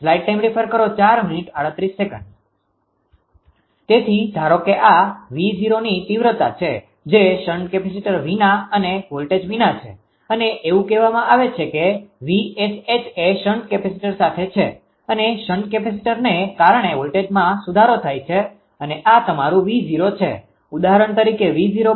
તેથી ધારો કે આ 𝑉0ની તીવ્રતા છે જે શન્ટ કેપેસિટર વિના અને વોલ્ટેજ વિના છે અને એવું કહેવામાં આવે છે કે 𝑉𝑠ℎ એ શન્ટ કેપેસિટર સાથે છે અને શન્ટ કેપેસીટરને કારણે વોલ્ટેજોમાં સુધારો થાય છે અને આ તમારું 𝑉0 છે